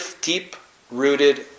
deep-rooted